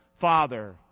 Father